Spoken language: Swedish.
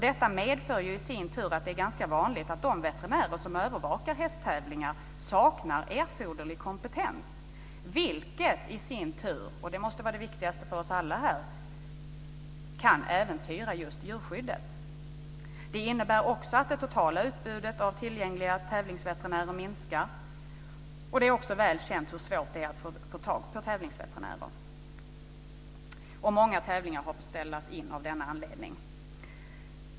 Detta medför i sin tur att det är ganska vanligt att de veterinärer som övervakar hästtävlingar saknar erforderlig kompetens, vilket i sin tur - och det måste vara det viktigaste för oss alla här - kan äventyra djurskyddet. Detta innebär också att det totala utbudet av tillgängliga tävlingsveterinärer minskar, och det är väl känt hur svårt det är att få tag på tävlingsveterinärer. Många tävlingar har fått ställas in av denna anledning.